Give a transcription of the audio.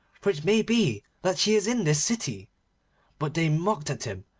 for it may be that she is in this city but they mocked at him,